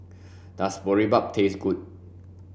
does Boribap taste good